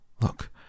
look